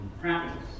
practice